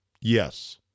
Yes